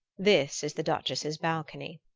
this is the duchess's balcony.